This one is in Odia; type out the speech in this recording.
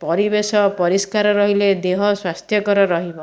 ପରିବେଶ ପରିଷ୍କାର ରହିଲେ ଦେହ ସ୍ଵାସ୍ଥ୍ୟକର ରହିବ